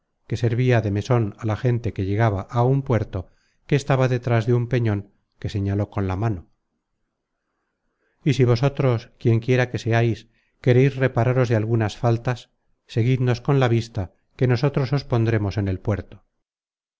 que servia de meson á la gente que llegaba á un puerto que estaba detras de un peñon que señaló con la mano y si vosotros quien quiera que seais quereis repararos de algunas faltas seguidnos con la vista que nosotros os pondremos en el puerto